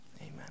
Amen